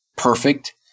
Perfect